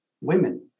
women